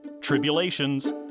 tribulations